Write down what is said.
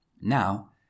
Now